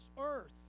earth